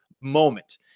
moment